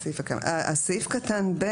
סעיף קטן (ב),